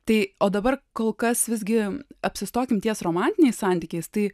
tai o dabar kol kas visgi apsistokim ties romantiniais santykiais tai